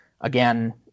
Again